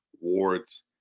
wards